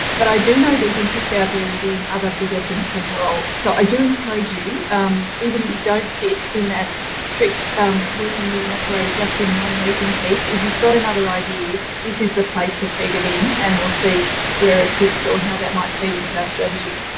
but i do know there's interest out there in doing other bigger things as well. so i do encourage you even if you don't fit in that strict working with an operator just in one region piece. if you've got another idea, this is the place to feed it in and we'll see where it fits or how that might feed into our strategy.